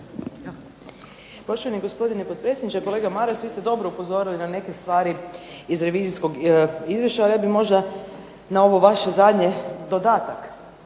Poštovani gospodine potpredsjedniče. Kolega Maras, vi ste dobro upozorili na neke stvari iz revizijskog izvještaja, ali ja bih možda na ovo vaše zadnje dodatak.